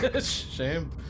shame